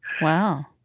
Wow